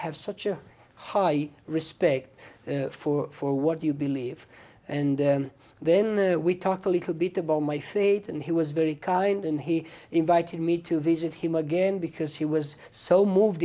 have such a high respect for for what you believe and then we talk a little bit about my fate and he was very kind and he invited me to visit him again because he was so moved